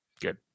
good